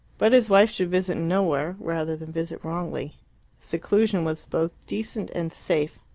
but his wife should visit nowhere rather than visit wrongly seclusion was both decent and safe.